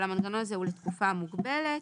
אבל המנגנון הזה הוא לתקופה מוגבלת.